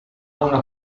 una